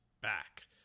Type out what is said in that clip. back